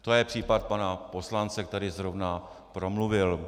To je případ pana poslance, který zrovna promluvil.